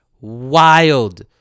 Wild